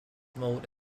mode